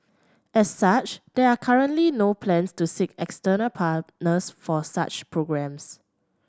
as such there are currently no plans to seek external partners for such programmes